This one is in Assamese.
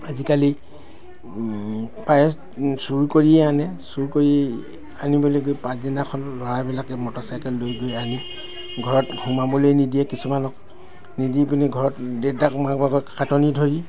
আজিকালি প্ৰায়ে চুৰ কৰিয়ে আনে চুৰ কৰি আনিবলৈকে পাছদিনাখন ল'ৰাবিলাকে মটৰচাইকেল লৈ গৈ আনি ঘৰত সোমাবলৈ নিদিয়ে কিছুমানক নিদিপেনি ঘৰত দেউতাক মাকক খাতনি ধৰি